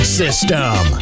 system